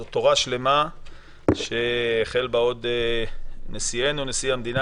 זו תורה שלמה שהחל בה עוד נשיאנו נשיא המדינה